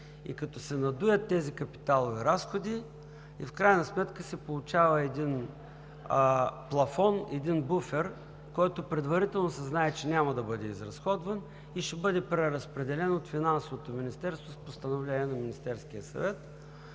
и като се надуят тези капиталови разходи, в крайна сметка се получава един плафон, един буфер, за който предварително се знае, че няма да бъде изразходван и ще бъде преразпределен от Финансовото министерство с постановление на Министерския съвет.